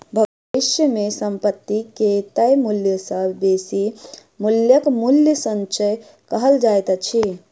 भविष्य मे संपत्ति के तय मूल्य सॅ बेसी मूल्यक मूल्य संचय कहल जाइत अछि